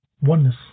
Oneness